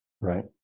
Right